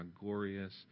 glorious